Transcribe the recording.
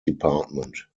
department